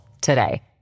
today